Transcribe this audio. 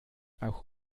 auch